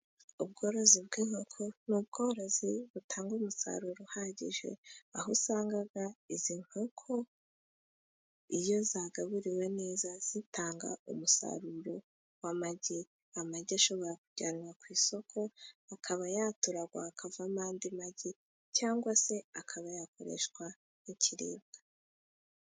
Ubworozi bw'inkoko ni ubworozi butanga umusaruro uhagije, aho usanga izi nkoko iyo zagaburiwe neza zitanga umusaruro w'amagi. Amagi ashobora kujyanwa ku isoko akaba yaturagwa hakavamo andi magi, cyangwa se akaba yakoreshwa nk'ibiribwa.